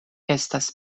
estas